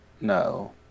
No